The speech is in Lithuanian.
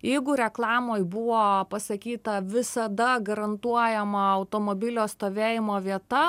jeigu reklamoj buvo pasakyta visada garantuojama automobilio stovėjimo vieta